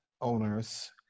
owners